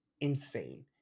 insane